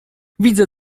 widzę